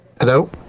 hello